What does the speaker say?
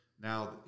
Now